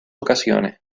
ocasiones